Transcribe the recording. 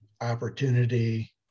Opportunity